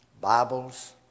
Bibles